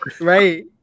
right